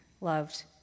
loved